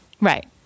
Right